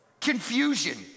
confusion